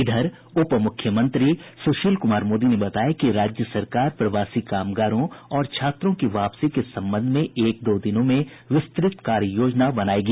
इधर उप मूख्यमंत्री सुशील कुमार मोदी ने बताया कि राज्य सरकार प्रवासी कामगारों और छात्रों की वापसी के संबंध में एक दो दिनों में विस्तृत कार्ययोजना बनाएगी